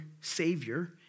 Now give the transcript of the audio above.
savior